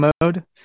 mode